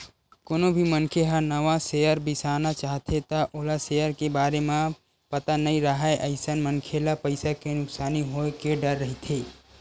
कोनो भी मनखे ह नवा नवा सेयर बिसाना चाहथे त ओला सेयर के बारे म पता नइ राहय अइसन मनखे ल पइसा के नुकसानी होय के डर रहिथे